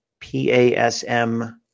PASM